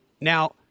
Now